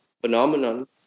phenomenon